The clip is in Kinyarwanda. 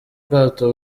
bwato